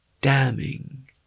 damning